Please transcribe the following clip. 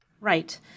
Right